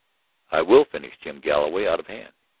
i will finish jim galloway out of hand,